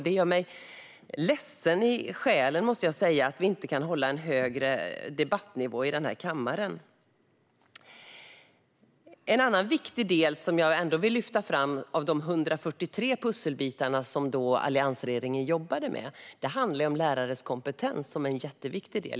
Det gör mig ledsen i själen, måste jag säga, att vi inte kan hålla en högre debattnivå i kammaren. En annan av de 143 pusselbitar som alliansregeringen jobbade med handlar om lärares kompetens, vilket är en jätteviktig del.